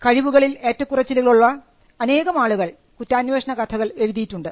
കഴിവുകളിൽ ഏറ്റക്കുറച്ചിലുള്ള അനേകമാളുകൾ കുറ്റാന്വേഷണ കഥകൾ എഴുതിയിട്ടുണ്ട്